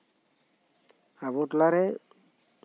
ᱟᱵᱚ ᱴᱚᱞᱟ ᱨᱮ